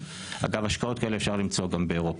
אגב, השקעות כאלה אפשר למצוא גם באירופה.